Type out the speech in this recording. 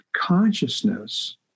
consciousness